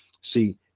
See